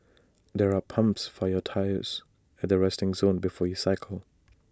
there are pumps for your tyres at the resting zone before you cycle